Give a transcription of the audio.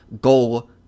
goal